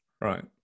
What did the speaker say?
right